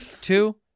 two